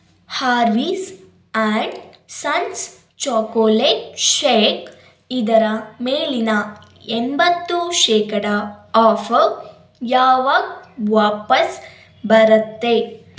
Harveys and sons chocolate shake ಇದರ ಮೇಲಿನ ಎಂಬತ್ತು ಶೇಕಡ ಆಫರ್ ಯಾವಾಗ ವಾಪಸ್ ಬರುತ್ತೆ